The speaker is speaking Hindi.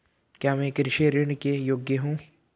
क्या मैं कृषि ऋण के योग्य हूँ?